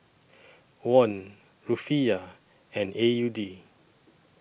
Won Rufiyaa and A U D